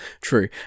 true